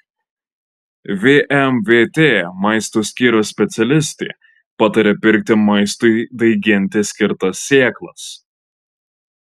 vmvt maisto skyriaus specialistė pataria pirkti maistui daiginti skirtas sėklas